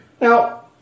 Now